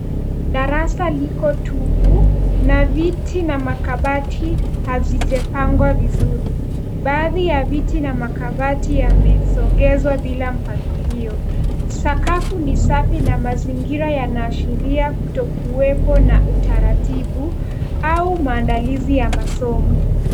Darasa liko tupu na viti na makabati hazijapangwa vizuri. Baadhi ya viti na makabati yamesongezwa bila mpangilio. Sakafu ni safi na mazingira yanaashiria kutokuwepo na utaratibu au maandalizi ya masomo.